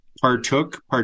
partook